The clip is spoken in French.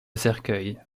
cercueil